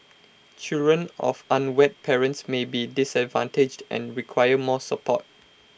children of unwed parents may be disadvantaged and require more support